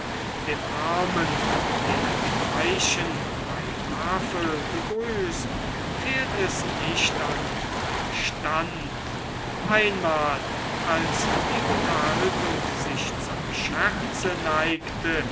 dem armen der den reichen bei tafel begrüßt fehlt es nicht an verstand einmal als die unterhaltung sich zum scherze neigte